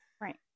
Right